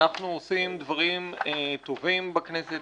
אנחנו עושים דברים טובים בכנסת,